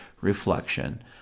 reflection